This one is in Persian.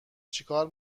چیکار